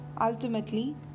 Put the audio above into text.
Ultimately